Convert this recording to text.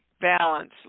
balance